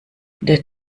der